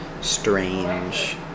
Strange